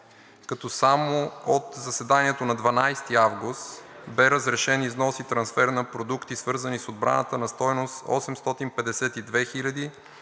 като само от заседанието на 12 август бе разрешен износ и трансфер на продукти, свързани с отбраната, на стойност 852 млн.